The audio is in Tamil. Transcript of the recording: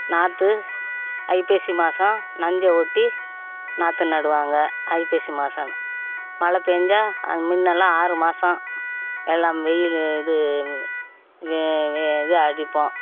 நாற்று ஐப்பசி மாசம் நஞ்சை ஒட்டி நாற்று நடுவாங்க ஐப்பசி மாசம் மழை பேய்ஞ்சா முன்னெல்லாம் ஆறு மாசம் எல்லாம் வெயில் இது இது அடிப்போம்